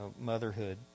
motherhood